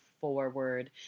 forward